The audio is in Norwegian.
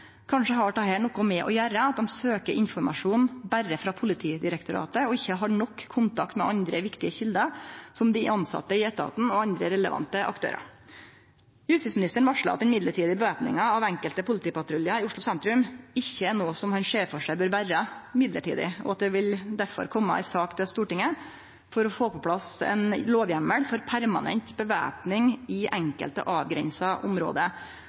Kanskje har dette noko å gjera med at dei søkjer informasjon berre frå Politidirektoratet og ikkje har nok kontakt med andre viktige kjelder, som dei tilsette i etaten og andre relevante aktørar? Justisministeren varslar at den mellombelse væpninga av enkelte politipatruljar i Oslo sentrum ikkje er noko han ser for seg bør vere mellombels, og at han derfor vil kome med ei sak til Stortinget for å få på plass ein lovheimel for permanent væpning i enkelte avgrensa område.